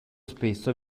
spesso